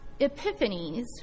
epiphanies